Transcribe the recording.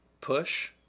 push